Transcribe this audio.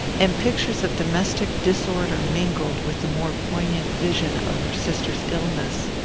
and pictures of domestic disorder mingled with the more poignant vision of her sister's illness.